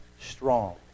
strong